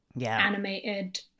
animated